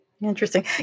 Interesting